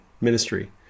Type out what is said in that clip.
ministry